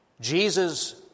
Jesus